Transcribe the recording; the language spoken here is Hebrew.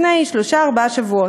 לפני שלושה-ארבעה שבועות.